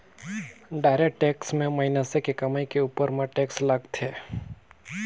direct tax में मइनसे के कमई के उपर म टेक्स लगथे